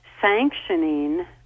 sanctioning